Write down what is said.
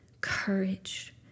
courage